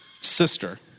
sister